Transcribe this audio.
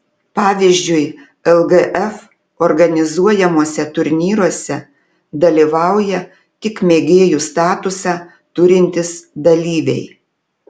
pavyzdžiui lgf organizuojamuose turnyruose dalyvauja tik mėgėjų statusą turintys dalyviai